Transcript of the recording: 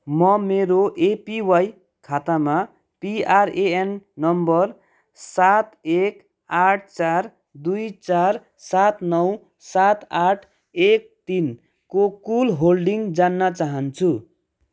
म मेरो एपिवाई खातामा पिआरएएन नम्बर सात एक आठ चार दुई चार सात नौ सात आठ एक तिनको कुल होल्डिङ जान्न चाहन्छु